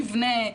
מבנה,